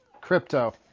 Crypto